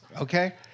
okay